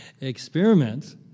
experiments